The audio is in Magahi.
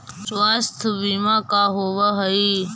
स्वास्थ्य बीमा का होव हइ?